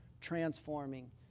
transforming